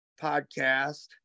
podcast